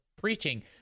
preaching